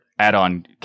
add-on